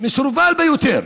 מסורבל ביותר.